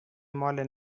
ماله